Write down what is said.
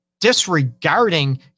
disregarding